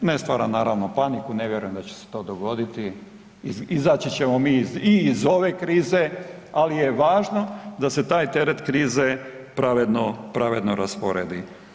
Ne stvaram naravno paniku, ne vjerujem da će se to dogoditi, izaći ćemo mi i iz ove krize, ali je važno da se taj teret krize pravedno, pravedno rasporedi.